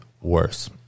worse